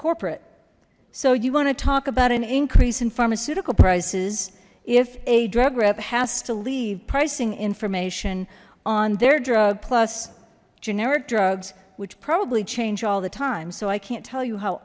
corporate so you want to talk about an increase in pharmaceutical prices if a drug rep has to leave pricing information on their drug plus generic drugs which probably change all the time so i can't tell you how